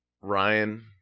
Ryan